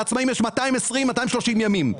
לעצמאים יש 230-220 ימים,